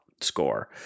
score